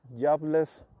jobless